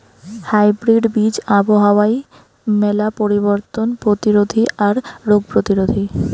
hybrid বীজ আবহাওয়ার মেলা পরিবর্তন প্রতিরোধী আর রোগ প্রতিরোধী